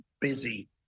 busy